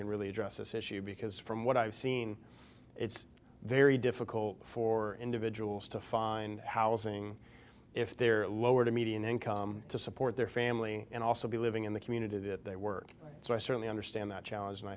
address this issue because from what i've seen it's very difficult for individuals to find housing if they're lower to median income to support their family and also be living in the community that they work so i certainly understand that challenge and i